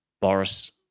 Boris